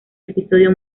episodio